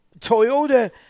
toyota